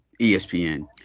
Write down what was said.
ESPN